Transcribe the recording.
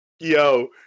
Yo